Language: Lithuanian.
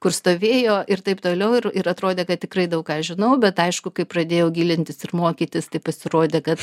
kur stovėjo ir taip toliau ir ir atrodė kad tikrai daug ką žinau bet aišku kai pradėjau gilintis ir mokytis tai pasirodė kad